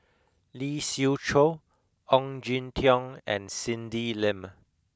Lee Siew Choh Ong Jin Teong and Cindy Lim